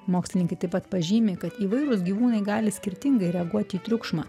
mokslininkai taip pat pažymi kad įvairūs gyvūnai gali skirtingai reaguoti į triukšmą